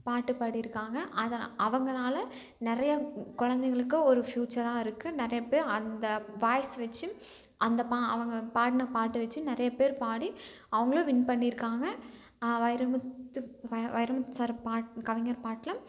பாட்டு பாடியிருக்காங்க அதை அவர்கனால நிறைய குழந்தைங்களுக்கு ஒரு ஃபியூச்சராக இருக்குது நிறைய பேர் அந்த வாய்ஸ் வச்சு அந்த பா அவங்க பாடின பாட்டை வச்சு நிறைய பேர் பாடி அவர்களும் வின் பண்ணியிருக்காங்க வைரமுத்து வ வைரமுத்து சார் பாட் கவிஞர் பாட்டில்